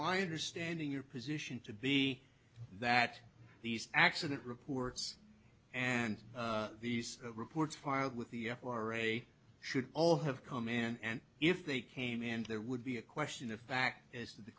i understanding your position to be that these accident reports and these reports filed with the f r a should all have come in and if they came and there would be a question of fact is that the